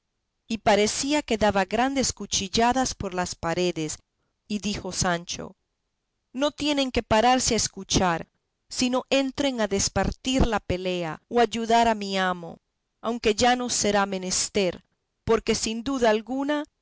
y parecía que daba grandes cuchilladas por las paredes y dijo sancho no tienen que pararse a escuchar sino entren a despartir la pelea o a ayudar a mi amo aunque ya no será menester porque sin duda alguna